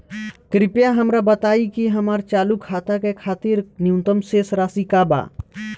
कृपया हमरा बताइ कि हमार चालू खाता के खातिर न्यूनतम शेष राशि का बा